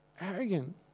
Arrogant